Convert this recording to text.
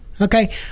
okay